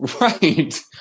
right